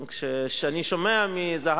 בשביל זה יש פה בריונים,